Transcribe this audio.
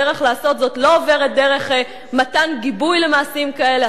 הדרך לעשות זאת לא עוברת דרך מתן גיבוי למעשים כאלה.